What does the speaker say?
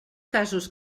casos